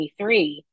23